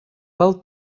pel